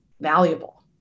valuable